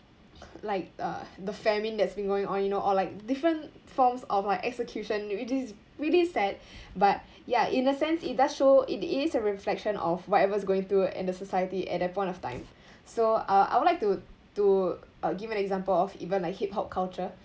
like uh the famine that's being going on you know or like different forms of like executions which is really sad but ya in a sense it does show it is a reflection of whatever is going through in the society at that point of time so uh I would like to to uh give an example of even like hip-hop culture